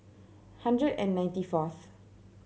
hundred and ninety fourth